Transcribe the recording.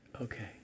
Okay